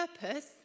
purpose